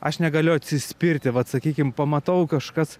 aš negaliu atsispirti vat sakykim pamatau kažkas